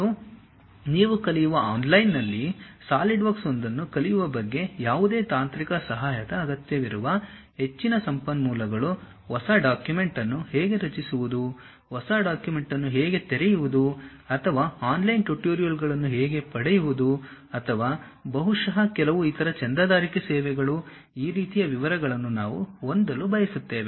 ಮತ್ತು ನೀವು ಕಲಿಯುವ ಆನ್ಲೈನ್ನಲ್ಲಿ ಸಾಲಿಡ್ವರ್ಕ್ಸ್ ಒಂದನ್ನು ಕಲಿಯುವ ಬಗ್ಗೆ ಯಾವುದೇ ತಾಂತ್ರಿಕ ಸಹಾಯದ ಅಗತ್ಯವಿರುವ ಹೆಚ್ಚಿನ ಸಂಪನ್ಮೂಲಗಳು ಹೊಸ ಡಾಕ್ಯುಮೆಂಟ್ ಅನ್ನು ಹೇಗೆ ರಚಿಸುವುದು ಹೊಸ ಡಾಕ್ಯುಮೆಂಟ್ ಅನ್ನು ಹೇಗೆ ತೆರೆಯುವುದು ಅಥವಾ ಆನ್ಲೈನ್ ಟ್ಯುಟೋರಿಯಲ್ಗಳನ್ನು ಹೇಗೆ ಪಡೆಯುವುದು ಅಥವಾ ಬಹುಶಃ ಕೆಲವು ಇತರ ಚಂದಾದಾರಿಕೆ ಸೇವೆಗಳು ಈ ರೀತಿಯ ವಿವರಗಳನ್ನು ನಾವು ಹೊಂದಲು ಬಯಸುತ್ತೇವೆ